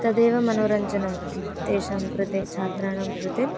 तदेव मनोरञ्जनं तेषां कृते छात्राणां कृते